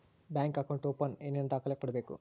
Bank account open ಏನೇನು ದಾಖಲೆ ಕೊಡಬೇಕು?